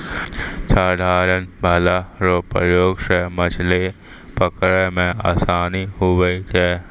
साधारण भाला रो प्रयोग से मछली पकड़ै मे आसानी हुवै छै